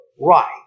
right